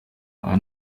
aya